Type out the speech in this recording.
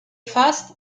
fast